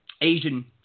Asian